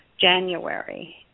January